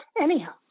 Anyhow